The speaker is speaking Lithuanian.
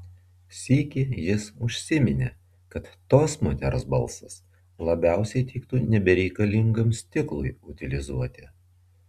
sykį jis užsiminė kad tos moters balsas labiausiai tiktų nebereikalingam stiklui utilizuoti